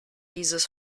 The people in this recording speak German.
dieses